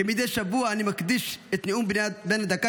מדי שבוע אני מקדיש את נאום בן הדקה